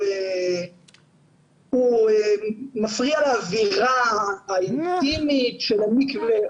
הוא מפריע לאווירה האינטימית של המקווה,